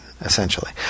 Essentially